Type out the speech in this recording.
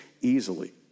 Easily